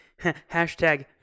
Hashtag